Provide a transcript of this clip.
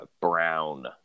brown